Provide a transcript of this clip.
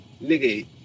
Nigga